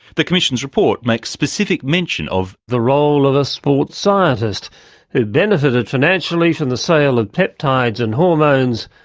the commission's report makes specific mention of the role of a sports scientist who benefited financially from the sale of peptides and hormones,